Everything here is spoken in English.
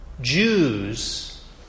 Jews